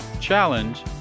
challenge